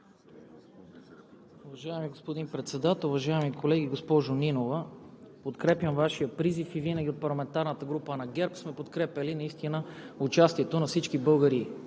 Уважаеми господин Председател, уважаеми колеги! Госпожо Нинова, подкрепям Вашия призив и винаги парламентарната група на ГЕРБ сме подкрепяли наистина участието на всички български